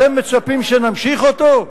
אתם מצפים שנמשיך אותו?